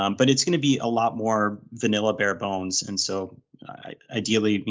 um but it's going to be a lot more vanilla bare bones and so ideally,